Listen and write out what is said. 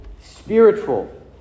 spiritual